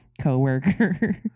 co-worker